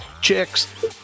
chicks